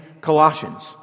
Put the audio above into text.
Colossians